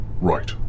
right